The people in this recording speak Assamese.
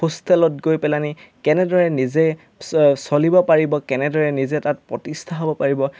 হোষ্টেলত গৈ পেলাই নি কেনেদৰে নিজে চ চলিব পাৰিব কেনেদৰে নিজে তাত প্ৰতিষ্ঠা হ'ব পাৰিব